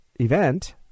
event